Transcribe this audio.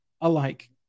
alike